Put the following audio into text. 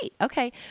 Okay